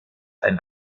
ein